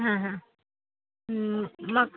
ಹಾಂ ಹಾಂ ಹ್ಞೂ ಮ